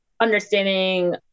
understanding